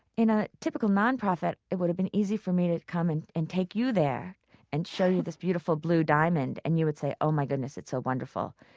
in a typical nonprofit, it would have been easy for me to come and and take you there and show you this beautiful blue diamond, and you would say, oh, my goodness, it's so wonderful,